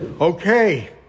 Okay